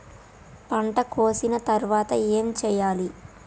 పంట కోసిన తర్వాత ఏం చెయ్యాలి?